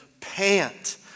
pant